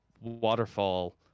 Waterfall